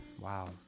Wow